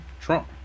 Trump